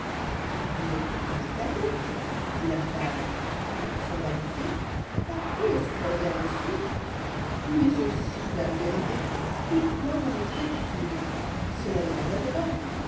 vous êtes pourtant ma cadette dit fàblç èt sans yajnité l j partout je suis fort bien reçue mais aussi dame vérité pour juoi vous montrer toute nue gelai n'est pas adrc it